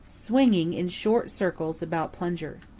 swinging in short circles about plunger.